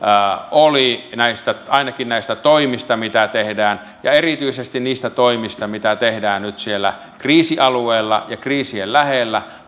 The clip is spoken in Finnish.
oli ainakin näistä toimista mitä tehdään ja erityisesti niistä toimista mitä tehdään nyt siellä kriisialueella ja kriisien lähellä